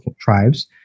tribes